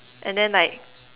and then like